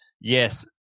yes